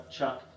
Chuck